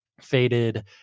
faded